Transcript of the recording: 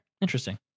Interesting